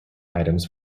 items